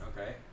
Okay